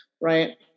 right